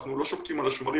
אנחנו לא שוקטים על השמרים,